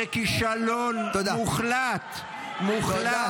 זה כישלון מוחלט, מוחלט -- תודה.